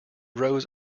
rose